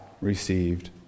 received